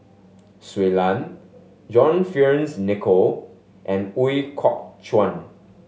Shui Lan John Fearns Nicoll and Ooi Kok Chuen